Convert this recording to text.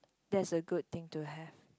that's a good thing to have